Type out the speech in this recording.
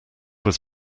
was